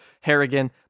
Harrigan